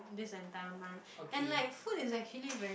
this entire month and like food is actually very